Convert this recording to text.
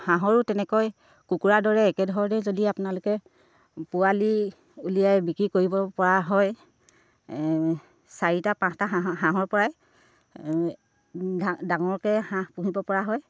হাঁহৰো তেনেকৈ কুকুৰাৰ দৰে একেধৰণে যদি আপোনালোকে পোৱালি উলিয়াই বিক্ৰী কৰিব পৰা হয় চাৰিটা পাঁচটা হাঁহ হাঁহৰ পৰাই ডাঙৰকৈ হাঁহ পুহিব পৰা হয়